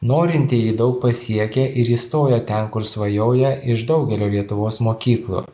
norintieji daug pasiekia ir įstoja ten kur svajoja iš daugelio lietuvos mokyklų